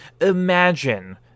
imagine